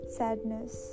sadness